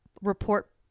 report